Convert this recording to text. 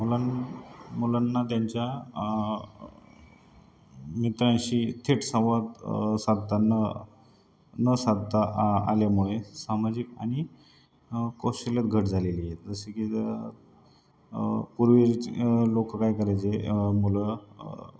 मुलां मुलांना त्यांच्या मित्रांशी थेट संवाद साधता न न साधता आल्यामुळे सामाजिक आणि कौशल्यात घट झालेली आहे जसे की पूर्वीचे लोकं काय करायचे मुलं